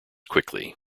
quickly